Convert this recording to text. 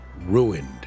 ruined